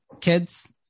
kids